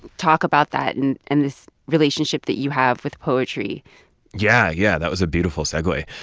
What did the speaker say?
talk about that and and this relationship that you have with poetry yeah, yeah, that was a beautiful segue.